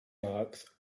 marks